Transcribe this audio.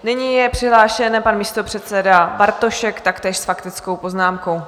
Nyní je přihlášen pan místopředseda Bartošek, taktéž s faktickou poznámkou.